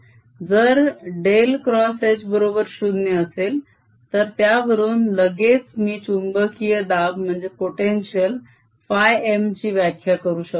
जर del x H बरोबर 0 असेल तर त्यावरून लगेच मी चुंबकीय दाब φM ची व्याख्या करू शकतो